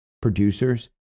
producers